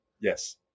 yes